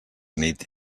nit